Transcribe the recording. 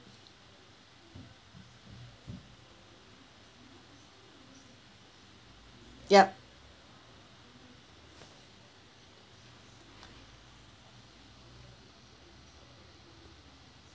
yup